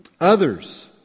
others